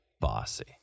bossy